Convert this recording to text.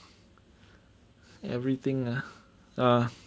everything ah ya